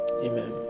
amen